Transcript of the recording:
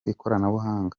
ikoranabuhanga